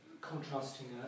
Contrasting